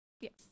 Yes